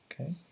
Okay